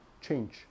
Change